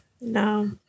No